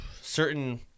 certain